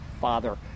father